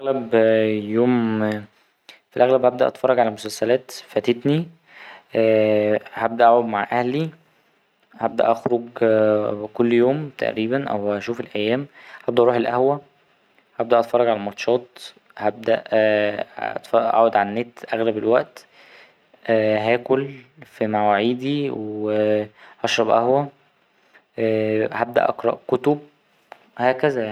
أغلب اليوم في الأغلب هبدأ أتفرج على مسلسلات فاتتني هبدأ أقعد مع أهلي هبدأ أخرج كل يوم تقريبا أو هشوف الأيام هبدأ أروح القهوة هبدأ أتفرج على الماتشات هبدأ أقعد على النت أغلب الوقت هاكل في مواعيدي وهشرب قهوة هبدأ أقرأ كتب هكذا يعني.